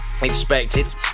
expected